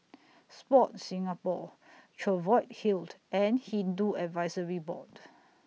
Sport Singapore Cheviot Hill and Hindu Advisory Board